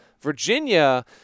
Virginia